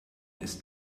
ist